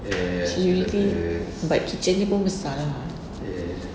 seriously but kitchen dia pun besar lah